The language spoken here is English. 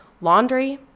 laundry